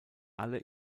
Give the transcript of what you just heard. alle